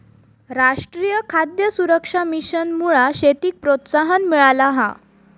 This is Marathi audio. राष्ट्रीय खाद्य सुरक्षा मिशनमुळा शेतीक प्रोत्साहन मिळाला हा